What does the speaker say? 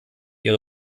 ihre